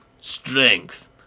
strength